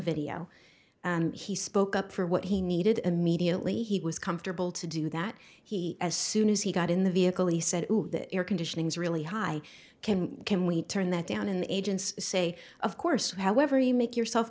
video he spoke up for what he needed immediately he was comfortable to do that he as soon as he got in the vehicle he said the air conditioning is really high can we turn that down and agents say of course however you make yourself